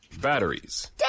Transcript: Batteries